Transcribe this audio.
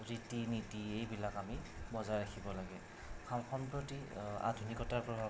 ৰীতি নীতি এইবিলাক আমি বজাই ৰাখিব লাগে স সম্প্ৰতি আধুনিকতাৰ প্ৰভাৱত